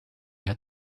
had